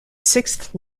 sixth